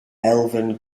elven